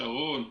שרון,